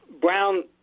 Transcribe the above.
Brown